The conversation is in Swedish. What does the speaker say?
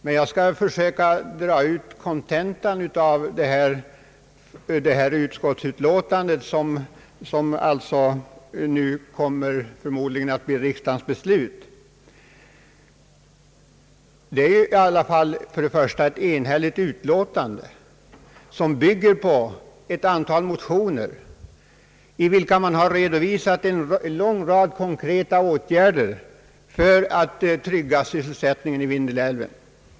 Men jag skall försöka att ta fram kontentan av utskottsutlåtandet, som väl sannolikt också kommer att bli riksdagens beslut. Det är här fråga om ett enhälligt utlåtande, som är lämnat i anledning av ett antal motioner i vilka man redovisar en lång rad konkreta åtgärder för att trygga sysselsättningen i Vindelälvsdalen.